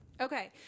Okay